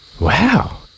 Wow